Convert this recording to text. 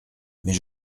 mais